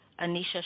Anisha